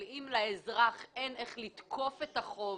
אבל אם לאזרח אין איך לתקוף את החוב,